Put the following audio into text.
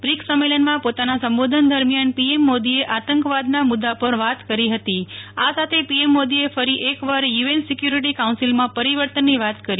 BRICS સંમેલનમાં પોતાના સંબોધન દરમિયાન પીએમ મોદીએ આતંકવાદ નાં મુદ્દા પર વાત કરી ફતી આ સાથે પીએમ મોદીએ ફરી એકવાર યુએન સિક્યુરિટી કાઉન્સિલમાં પરિવર્તનની વાતકરી